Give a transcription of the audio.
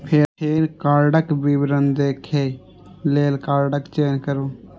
फेर कार्डक विवरण देखै लेल कार्डक चयन करू